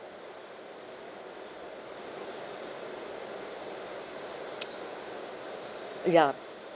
ya